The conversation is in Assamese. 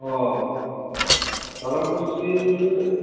অঁ গৰম পচ্ছি হ'লেও